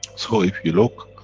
so if you look,